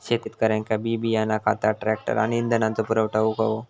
शेतकऱ्यांका बी बियाणा खता ट्रॅक्टर आणि इंधनाचो पुरवठा होऊक हवो